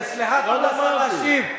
סליחה, תנו לשר להשיב.